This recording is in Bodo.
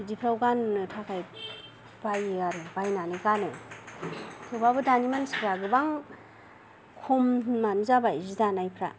बिदिफ्राव गाननो थाखाय बायो आरो बायनानै गानो थेवब्लाबो दानि मानसिफ्रा गोबां खमानो जाबाय जि दानायफ्रा